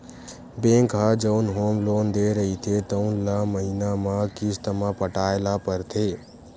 bank ह जउन home loan दे रहिथे तउन ल महिना म किस्त म पटाए ल परथे